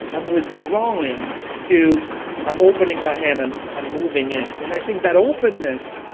i'm withdrawing to i'm opening my hand, i'm i'm moving in and i think that openness,